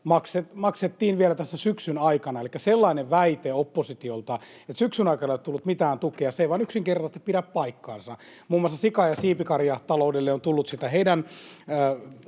maksettiin vielä tässä syksyn aikana, elikkä sellainen väite oppositiolta, että syksyn aikana ei ole tullut mitään tukea, ei vain yksinkertaisesti pidä paikkaansa. Muun muassa sika- ja siipikarjataloudelle on tullut sitä heidän